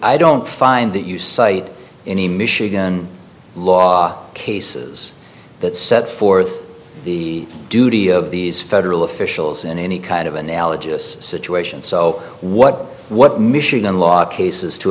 i don't find that you cite any michigan law cases that set forth the duty of these federal officials in any kind of an air ologists situation so what what michigan law cases to